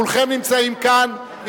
כולכם נמצאים כאן,